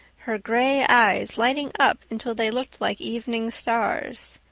her gray eyes lighting up until they looked like evening stars,